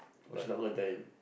but she not going to tell him